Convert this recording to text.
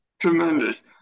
tremendous